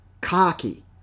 cocky